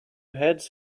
heads